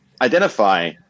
identify